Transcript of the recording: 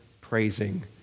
praising